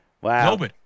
Wow